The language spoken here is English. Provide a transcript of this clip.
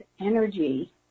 energy